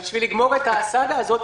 כדי לגמור את הסאגה הזאת,